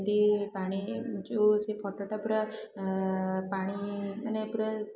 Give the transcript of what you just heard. ଏମିତି ପାଣି ଯେଉଁ ସେଇ ଫଟୋଟା ପୁରା ପାଣି ମାନେ ପୁରା